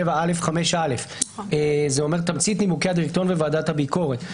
37א5(א) זה אומר תמצית נימוקי הדירקטוריון בוועדת הביקורת.